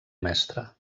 mestre